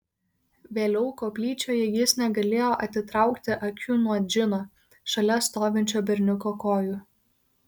vėliau koplyčioje jis negalėjo atitraukti akių nuo džino šalia stovinčio berniuko kojų